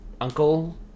uncle